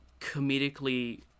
comedically